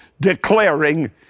declaring